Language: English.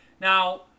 Now